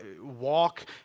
Walk